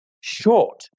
short